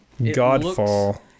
Godfall